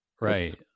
right